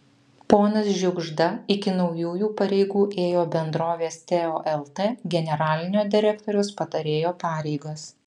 ponas žiugžda iki naujųjų pareigų ėjo bendrovės teo lt generalinio direktoriaus patarėjo pareigas